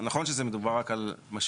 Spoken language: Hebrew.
נכון שמדובר פה רק על משקיעים,